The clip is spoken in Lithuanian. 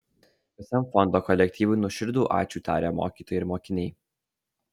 visam fondo kolektyvui nuoširdų ačiū taria mokytojai ir mokiniai